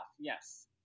yes